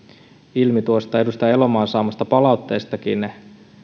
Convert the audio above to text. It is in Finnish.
ilmi tuosta edustaja elomaan saamasta palautteestakin